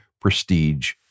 prestige